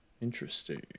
Interesting